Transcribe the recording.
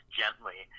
gently